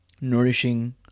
nourishing